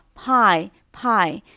pie（pie） 。